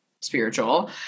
spiritual